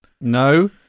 No